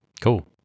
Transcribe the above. Cool